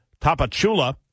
Tapachula